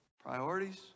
priorities